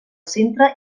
centre